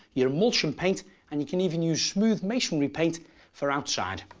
yeah emulsion paint and you can even use smooth masonry paint for outside.